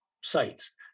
sites